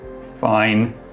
Fine